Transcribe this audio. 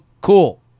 cool